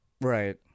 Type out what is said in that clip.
right